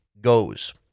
goes